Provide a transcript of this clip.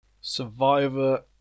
Survivor